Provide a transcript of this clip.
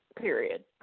period